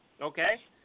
Okay